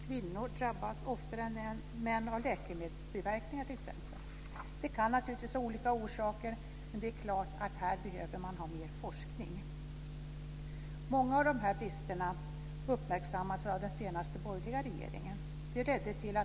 Kvinnor drabbas t.ex. oftare än män av läkemedelsbiverkningar.